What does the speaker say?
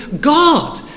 God